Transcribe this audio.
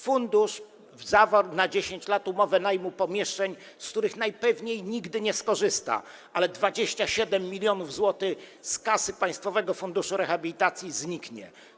Fundusz zawarł na 10 lat umowę najmu pomieszczeń, z których najpewniej nigdy nie skorzysta, ale 27 mln zł z kasy państwowego funduszu rehabilitacji zniknie.